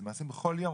זה נעשה בכל יום,